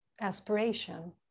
aspiration